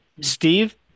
Steve